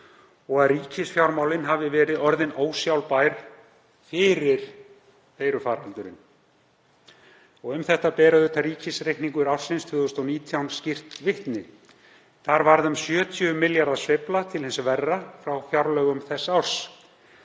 og að ríkisfjármálin hafi verið orðin ósjálfbær fyrir faraldurinn. Um þetta ber ríkisreikningur ársins 2019 skýrt vitni. Um 70 milljarða sveifla varð til hins verra frá fjárlögum þess árs.